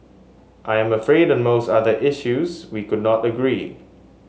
I am afraid on most other issues we could not agree